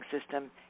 system